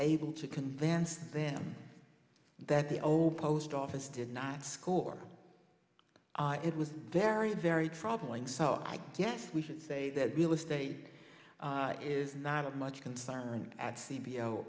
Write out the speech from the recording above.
able to convince them that the old post office did not score it was very very troubling so i guess we should say that real estate is not of much concern at c